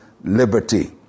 liberty